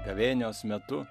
gavėnios metu